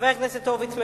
חבר הכנסת הורוביץ.